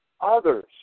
others